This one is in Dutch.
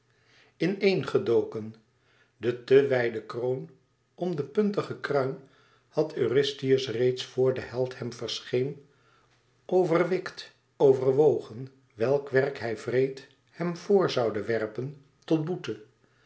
in een gedoken de te wijden kroon om den puntigen kruin had eurystheus reeds vor de held hem verscheen overwikt overwogen welk werk hij wreed hem vor zoude werpen tot boete